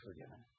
forgiven